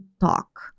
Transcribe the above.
talk